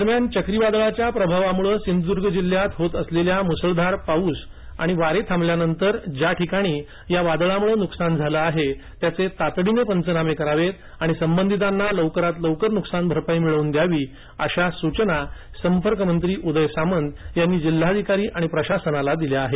दरम्यान चक्रीवादळाच्या प्रभावामुळे सिंधुदूर्ग जिल्ह्यात होत असलेला मुसळधार पाऊस आणि वारे थांबल्यानंतर ज्या ठिकाणी या वादळामुळे नुकसान झालं आहे त्यांचे तातडीने पंचनामे करावेत आणि संबंधितांना लवकरात लवकर न्कसानभरपाई मिळवून द्यावी अशा सूचना संपर्कमंत्री उदय सामंत यांनी जिल्हाधिकारी आणि प्रशासनाला दिल्या आहेत